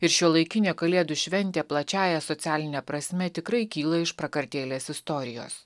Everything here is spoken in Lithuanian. ir šiuolaikinė kalėdų šventė plačiąja socialine prasme tikrai kyla iš prakartėlės istorijos